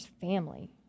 family